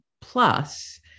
Plus